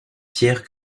pierre